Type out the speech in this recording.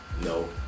No